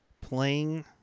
playing